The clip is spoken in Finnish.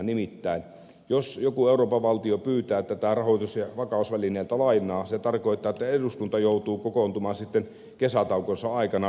nimittäin jos joku euroopan valtio pyytää tältä rahoitus ja vakausvälineeltä lainaa se tarkoittaa että eduskunta joutuu kokoontumaan kesätaukonsa aikana